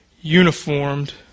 uniformed